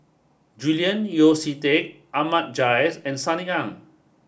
Julian Yeo See Teck Ahmad Jais and Sunny Ang